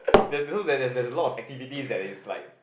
there there's there's a lot of activities that is like